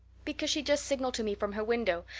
because she just signaled to me from her window.